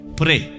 pray